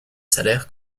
salaires